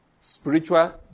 Spiritual